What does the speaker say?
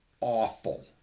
awful